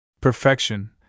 Perfection